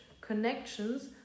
connections